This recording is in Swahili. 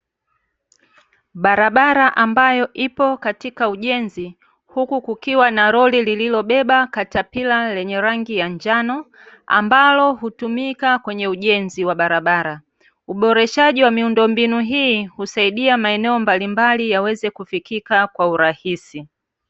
Barabara ambayo ipo katika ujenzi huku kukiwa na lori lililobeba katapila lenye rangi ya njano ambalo hutumika kwenye ujenzi wa barabara, uboreshaji wa miundombinu hii husaidia maeneo mbalimbali yaweze kufikika kwa urahisi.